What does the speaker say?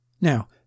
Now